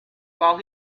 while